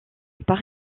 part